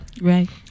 Right